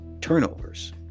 turnovers